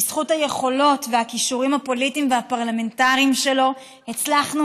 בזכות היכולות והכישורים הפוליטיים והפרלמנטריים שלו הצלחנו